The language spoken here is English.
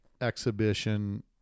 exhibition